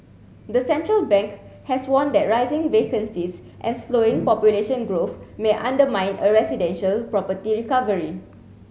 the central bank has warned that rising vacancies and slowing population growth may undermine a residential property recovery